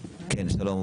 שלום,